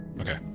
Okay